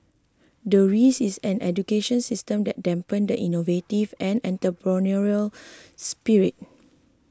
the risk is an education system that dampen the innovative and entrepreneurial spirit